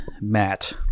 Matt